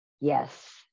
Yes